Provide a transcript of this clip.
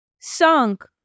sunk